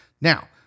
now